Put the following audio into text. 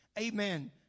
amen